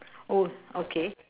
oh okay